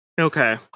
Okay